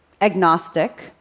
agnostic